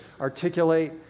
articulate